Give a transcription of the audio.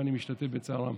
ואני משתתף בצערם.